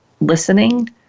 listening